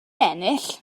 ennill